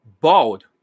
bald